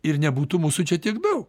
ir nebūtų mūsų čia tiek daug